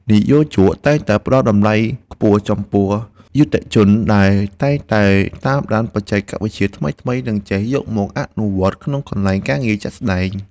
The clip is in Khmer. និយោជកតែងតែផ្តល់តម្លៃខ្ពស់ចំពោះយុត្តិជនដែលតែងតែតាមដានបច្ចេកវិទ្យាថ្មីៗ និងចេះយកមកអនុវត្តក្នុងកន្លែងការងារជាក់ស្តែង។